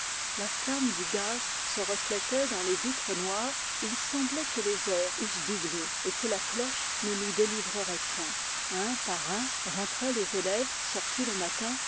la flamme du gaz se reflétait dans les vitres noires il semblait que les heures eussent doublé et que la cloche ne nous délivrerait point un par un rentraient les élèves sortis le matin